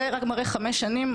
זה רק מראה חמש שנים,